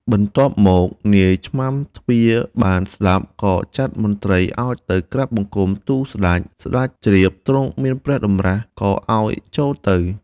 បន្ទាប់មកនាយឆ្មាំទ្វារបានស្តាប់ ក៏ចាត់មន្រ្តីឲ្យទៅក្រាបបង្គំទូលសេ្តច សេ្តចជ្រាបទ្រង់មានព្រះតម្រាសក៏ឲ្យចូលទៅ។